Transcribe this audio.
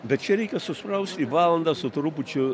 bet čia reikia suspraust į valandą su trupučiu